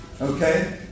Okay